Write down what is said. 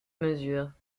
mesure